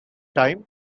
time